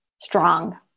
strong